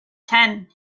ten